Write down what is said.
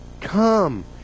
Come